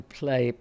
play